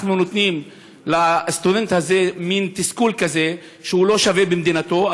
אנחנו נותנים לסטודנט הזה מין תסכול שהוא לא שווה במדינתו,